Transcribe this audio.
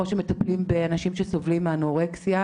כמו שמטפלים באנשים שסובלים מאנורקסיה.